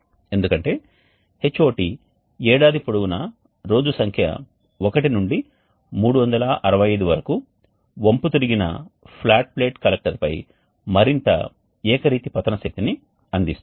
ఎందుకంటే Hot ఏడాది పొడవునా రోజు సంఖ్య 1 నుండి 365 వరకు వంపు తిరిగిన ఫ్లాట్ ప్లేట్ కలెక్టర్పై మరింత ఏకరీతి పతన శక్తిని అందిస్తోంది